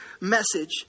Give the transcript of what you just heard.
message